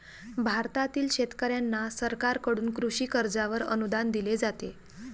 भारतातील शेतकऱ्यांना सरकारकडून कृषी कर्जावर अनुदान दिले जाते